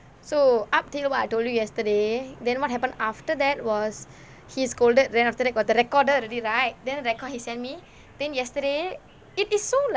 so up till what I told you yesterday then what happen after that was he scolded then after that got the recorder already right then record he send me then yesterday it is so like